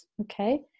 Okay